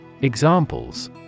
Examples